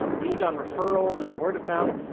leaned on referrals and word of mouth.